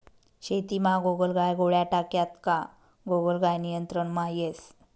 शेतीमा गोगलगाय गोळ्या टाक्यात का गोगलगाय नियंत्रणमा येस